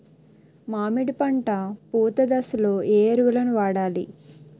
మామిడి పంట పూత దశలో ఏ ఎరువులను వాడాలి?